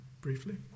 briefly